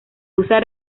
usa